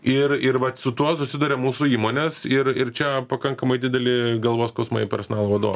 ir ir vat su tuo susiduria mūsų įmonės ir ir čia pakankamai dideli galvos skausmai personalo vado